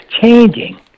changing